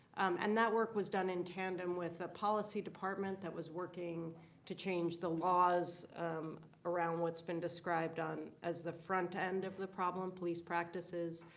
and that work was done in tandem with a policy department that was working to change the laws around what's been described as the front end of the problem police practices.